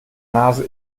nase